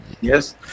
Yes